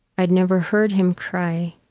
i'd never heard him cry,